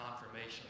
confirmation